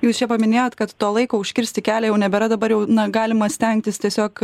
jūs čia paminėjot kad to laiko užkirsti kelią jau nebėra dabar jau na galima stengtis tiesiog